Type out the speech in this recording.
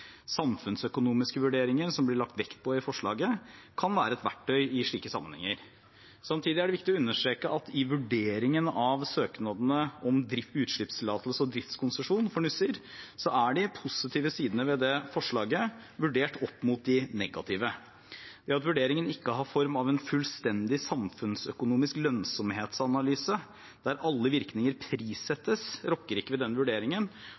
Samfunnsøkonomiske vurderinger, som det blir lagt vekt på i forslaget, kan være et verktøy i slike sammenhenger. Samtidig er det viktig å understreke at i vurderingen av søknadene om utslippstillatelse og driftskonsesjon for Nussir er de positive sidene ved forslaget vurdert opp mot de negative. Det at vurderingen ikke har form av en fullstendig samfunnsøkonomisk lønnsomhetsanalyse der alle virkninger prissettes, rokker ikke ved denne vurderingen.